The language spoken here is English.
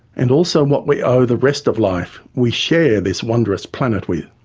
and also what we owe the rest of life we share this wondrous planet with.